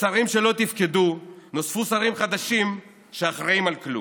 לשרים שלא תפקדו נוספו שרים חדשים שאחראים לכלום.